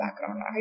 background